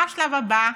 מה השלב הבא?